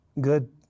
good